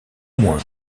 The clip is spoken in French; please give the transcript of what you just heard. moins